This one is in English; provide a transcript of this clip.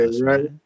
right